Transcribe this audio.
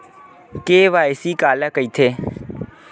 KYC काला कइथे?